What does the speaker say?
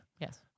Yes